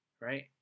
right